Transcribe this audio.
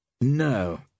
No